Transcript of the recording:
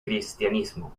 cristianismo